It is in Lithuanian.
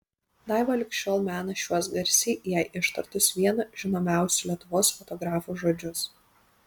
daiva lig šiol mena šiuos garsiai jai ištartus vieno žinomiausių lietuvos fotografų žodžius